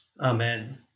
Amen